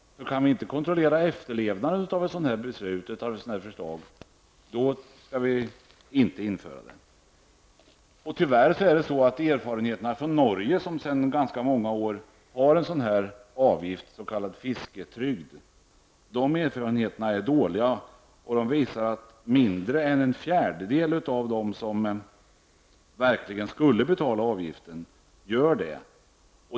Kan vi inte kontrollera efterlevnaden av ett sånt här beslut, skall vi inte införa den här avgiften. Tyvärr är erfarenheterna från Norge, som sedan ganska många år har en sådan här avgift, en s.k. fisketrygd, dåliga. Mindre än en fjärdedel av dem som verkligen skulle betala avgiften gör det.